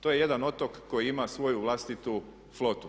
To je jedan otok koji ima svoju vlastitu flotu.